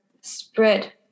spread